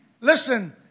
listen